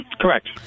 Correct